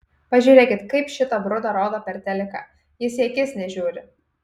pažiūrėkit kaip šitą brudą rodo per teliką jis į akis nežiūri